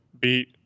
beat